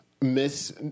Miss